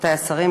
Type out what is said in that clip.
רבותי השרים,